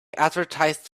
advertised